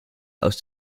aus